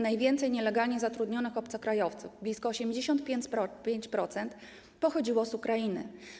Najwięcej nielegalnie zatrudnionych obcokrajowców, blisko 85%, pochodziło z Ukrainy.